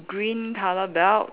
green colour belt